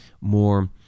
more